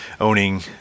owning